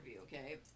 okay